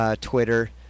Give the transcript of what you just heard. Twitter